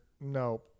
no